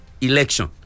election